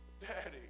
daddy